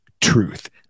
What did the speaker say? truth